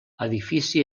edifici